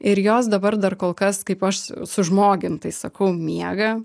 ir jos dabar dar kol kas kaip aš sužmogintai sakau miega